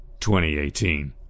2018